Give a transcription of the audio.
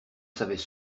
savais